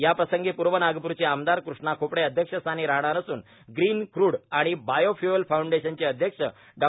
याप्रसंगी पूर्व नागपूरचे आमदार कूष्णा खोपडे अध्यक्षस्यानी राहणार असून प्रीन कूड आणि बायोफ्युअल फ्राऊंडेशनचे अध्यक्ष डॉ